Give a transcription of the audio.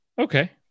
okay